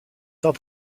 d’art